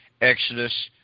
exodus